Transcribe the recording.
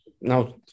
now